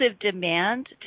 demand